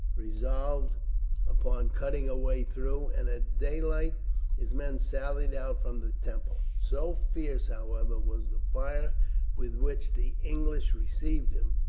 resolved upon cutting a way through, and at daylight his men sallied out from the temple. so fierce, however, was the fire with which the english received him,